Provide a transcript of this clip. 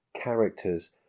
characters